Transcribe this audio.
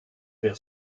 wer